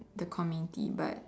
the community but